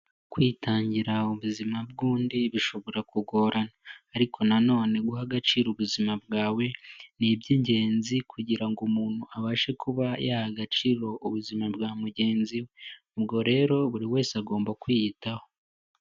Kwitangira ubuzima bw'undi bishobora kugorana, ariko nanone guha agaciro ubuzima bwawe, ni iby'ingenzi kugira ngo umuntu abashe kuba yaha agaciro ubuzima bwa mugenzi we. Ubwo rero, buri wese agomba kwiyitaho.